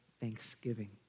thanksgiving